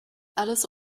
alice